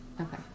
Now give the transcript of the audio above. Okay